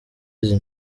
izi